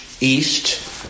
east